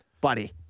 Buddy